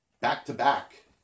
back-to-back